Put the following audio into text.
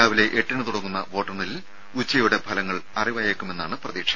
രാവിലെ എട്ടിന് തുടങ്ങുന്ന വോട്ടെണ്ണലിൽ ഉച്ചയോടെ ഫലങ്ങൾ അറിവാകുമെന്നാണ് പ്രതീക്ഷ